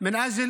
כנסת